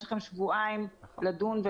יש לכם שבועיים כדי לדון.